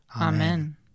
Amen